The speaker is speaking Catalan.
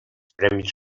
premis